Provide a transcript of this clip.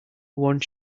one